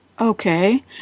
okay